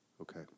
Okay